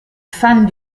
fans